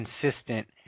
consistent